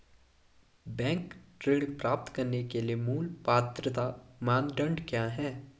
Bank ऋण प्राप्त करने के लिए मूल पात्रता मानदंड क्या हैं?